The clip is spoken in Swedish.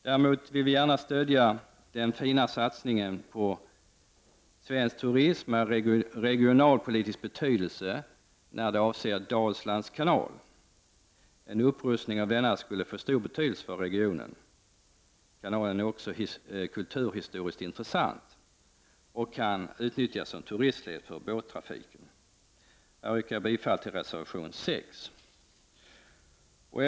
Vi vill däremot stödja den fina satsning på svensk turism med regionalpolitisk betydelse som avser Dalslands kanal. En upprustning av denna skulle få stor betydelse för regionen. Kanalen är också kulturhistoriskt intressant och kan utnyttjas som turistled för båttrafik. Jag yrkar bifall till reservation nr 6.